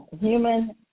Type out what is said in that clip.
human